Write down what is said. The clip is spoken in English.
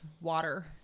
water